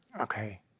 Okay